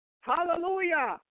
Hallelujah